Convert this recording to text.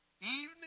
Evening